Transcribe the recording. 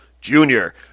Junior